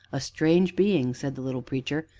a strange being! said the little preacher,